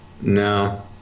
No